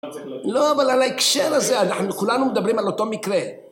לא אבל על ההקשר הזה אנחנו כולנו מדברים על אותו מקרה